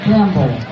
Campbell